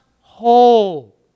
whole